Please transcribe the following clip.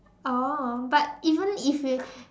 oh but even if you